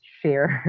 share